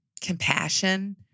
compassion